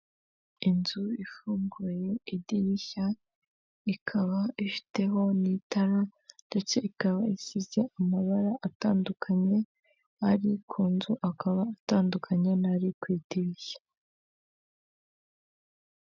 Inzu ifunguye idirishya ikaba ifiteho n'itara ndetse ikaba isize amabara atandukanye ari ku nzu akaba atandukanye n'ari ku idirishya.